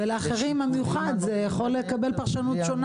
ולאחרים המיוחד יכול לקבל פרשנות שונה,